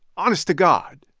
honest to god.